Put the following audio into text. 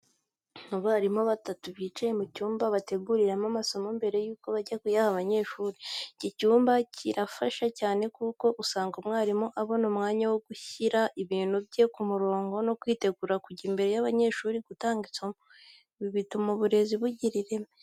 Abarimu batatu bicaye mu cyumba bateguriramo amasomo mbere y'uko bajya kuyaha abanyeshuri. Iki cyumba kirafasha cyane kuko usanga umwarimu abona umwanya wo gushyira ibintu bye ku murongo no kwitegura kujya imbere y'abanyeshuri gutanga isomo. Ibi bituma uburezi bugira ireme.